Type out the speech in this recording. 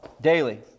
daily